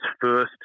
first